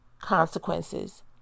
consequences